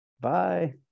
Bye